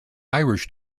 irish